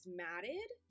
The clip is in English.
matted